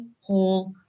whole